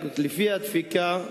רק לפי הדפיקה,